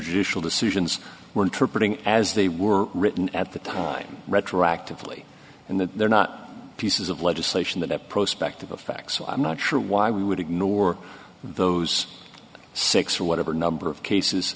judicial decisions were interpreting as they were written at the time retroactively and that they're not pieces of legislation that the prospect of effect so i'm not sure why we would ignore those six or whatever number of cases